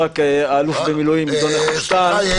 האלוף במילואים עידו נחושתן,